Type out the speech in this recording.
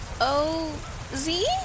O-Z